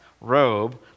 robe